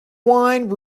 wine